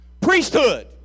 priesthood